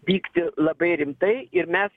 vykti labai rimtai ir mes